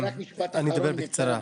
אני אדבר בקצרה.